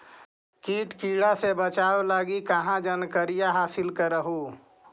किट किड़ा से बचाब लगी कहा जानकारीया हासिल कर हू?